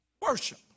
Worship